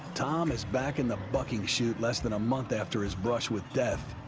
tom is back in the bucking chute less than a month after his brush with death.